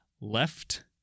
Left